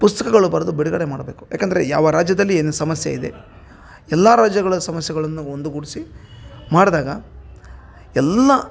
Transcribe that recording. ಪುಸ್ತಕಗಳು ಬರ್ದು ಬಿಡುಗಡೆ ಮಾಡಬೇಕು ಯಾಕಂದರೆ ಯಾವ ರಾಜ್ಯದಲ್ಲಿ ಏನೇನ್ ಸಮಸ್ಯೆಯಿದೆ ಎಲ್ಲಾ ರಾಜ್ಯಗಳ ಸಮಸ್ಯೆಗಳನ್ನು ಒಂದು ಗೂಡ್ಸಿ ಮಾಡ್ದಾಗ ಎಲ್ಲಾ